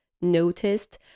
noticed